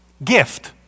Gift